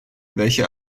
welche